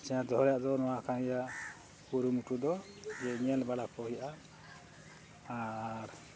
ᱪᱮᱬᱮ ᱫᱚᱦᱚᱭ ᱨᱮᱱᱟᱜ ᱫᱚ ᱱᱚᱣᱟ ᱠᱟᱱ ᱜᱮᱭᱟ ᱠᱩᱨᱩᱢᱩᱴᱩ ᱫᱚ ᱡᱮ ᱧᱮᱞ ᱵᱟᱲᱟ ᱠᱚ ᱦᱩᱭᱩᱜᱼᱟ ᱟᱨ